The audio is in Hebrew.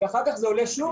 ואחר כך זה עולה שוב,